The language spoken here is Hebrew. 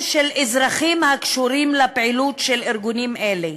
של אזרחים הקשורים לפעילות של ארגונים אלה.